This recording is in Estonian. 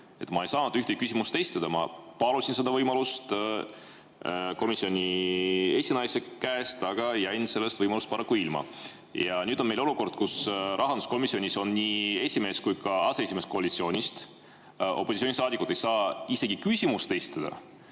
ma ei saanud ühtegi küsimust esitada. Ma palusin seda võimalust komisjoni esimehe käest, aga jäin sellest võimalusest paraku ilma. Nüüd on meil olukord, kus rahanduskomisjoni nii esimees kui ka aseesimees on koalitsioonist, ja opositsioonisaadikud ei saa isegi küsimust esitada.